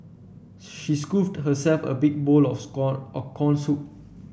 she scooped herself a big bowl of score of corn soup